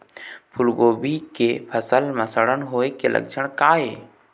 फूलगोभी के फसल म सड़न होय के लक्षण का ये?